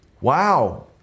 Wow